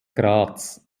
graz